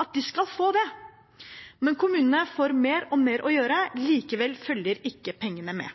at de skal få det, men kommunene får mer og mer å gjøre. Likevel følger ikke pengene med.